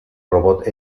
robot